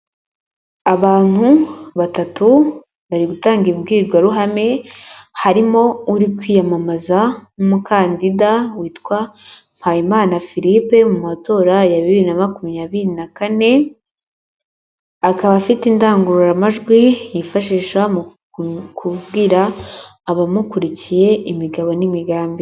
Abantu batatu bari gutanga imbwirwaruhame, harimo uri kwiyamamaza nk'umukandida witwa Mpayimana Philippe mu matora ya bibiri na makumyabiri na kane, akaba afite indangururamajwi yifashisha mu kubwira abamukurikiye imigabo n'imigambi.